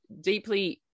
deeply